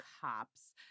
cops